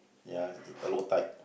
ya a a low type